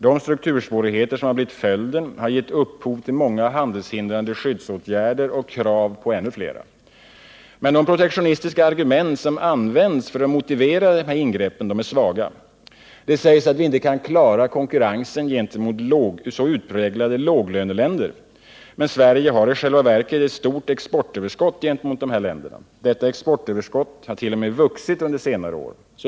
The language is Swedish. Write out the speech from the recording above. De struktursvårigheter som blivit följden har gett upphov till många handelshindrande skyddsåtgärder och krav på ännu fler. Men de protektionistiska argument som används för att motivera dessa ingrepp är svaga. Det sägs att vi inte kan klara konkurrensen med så utpräglade ”låglöneländer”. Men Sverige har i själva verket ett stort exportöverskott gentemot dessa länder. Detta exportöverskott har t.o.m. vuxit under senare år.